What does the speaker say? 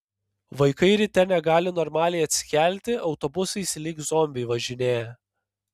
vaikai ryte negali normaliai atsikelti autobusais lyg zombiai važinėja